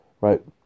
Right